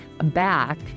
back